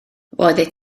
roeddet